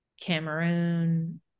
Cameroon